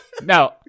No